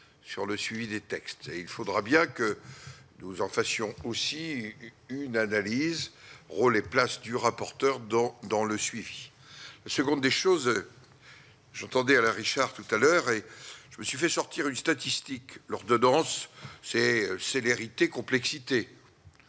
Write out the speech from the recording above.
sur le suivi des textes et il faudra bien que nous en fassions aussi une analyse place du rapporteur dans dans le suivi ce des choses j'entendais Alain Richard tout à l'heure et je me suis fait sortir une statistique lors de danse c'est célérité complexité.